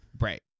right